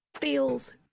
feels